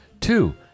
Two